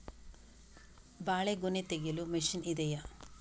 ಬಾಳೆಗೊನೆ ತೆಗೆಯಲು ಮಷೀನ್ ಇದೆಯಾ?